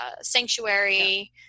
sanctuary